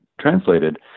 translated